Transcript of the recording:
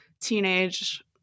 teenage